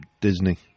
Disney